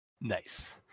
Nice